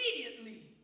immediately